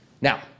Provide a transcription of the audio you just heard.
Now